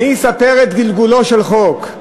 אני אספר את גלגולו של חוק,